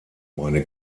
meine